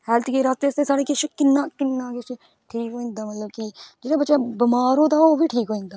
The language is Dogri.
हैल्थ केयर आस्तै असें साढ़े कश किन्ना किश ठीक होई जंदा मतलब कि जेह्ड़ा बच्चा बमार होए दा हो ओह् बी ठीक होई जंदा